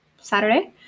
Saturday